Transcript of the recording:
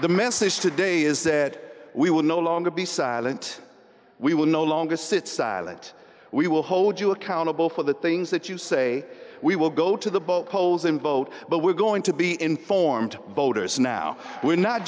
the message today is said we will no longer be silent we will no longer sit silent we will hold you accountable for the things that you say we will go to the boat polls and vote but we're going to be informed voters now we're not